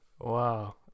Wow